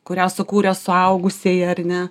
kurią sukūrė suaugusieji ar ne